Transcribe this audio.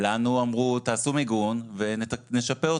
לנו אמרו: תעשו מיגון ונשפה אתכם.